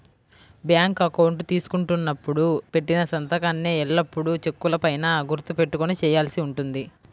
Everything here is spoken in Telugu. బ్యాంకు అకౌంటు తీసుకున్నప్పుడు పెట్టిన సంతకాన్నే ఎల్లప్పుడూ చెక్కుల పైన గుర్తు పెట్టుకొని చేయాల్సి ఉంటుంది